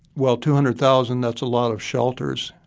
well two hundred thousand that's a lot of shelters.